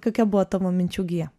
kokia buvo tavo minčių gija